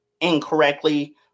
incorrectly